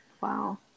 Wow